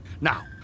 Now